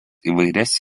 įvairias